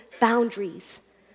boundaries